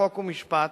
חוק ומשפט